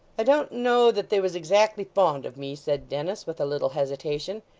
i don't know that they was exactly fond of me said dennis, with a little hesitation,